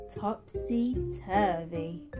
topsy-turvy